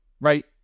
right